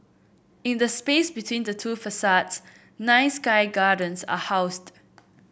in the space between the two facades nine sky gardens are housed